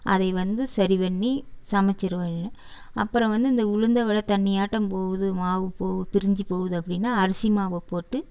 அதை வந்து சரி பண்ணி சமைச்சுருவேன் அப்புறம் வந்து இந்த உளுந்து வடை தண்ணியாட்டம் போகுது மாவு போ பிரிஞ்சு போகுது அப்படின்னா அரிசி மாவைப் போட்டு